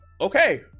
okay